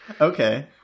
Okay